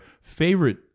favorite